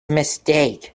mistake